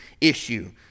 issue